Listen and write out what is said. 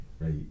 Right